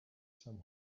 some